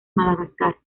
madagascar